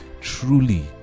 truly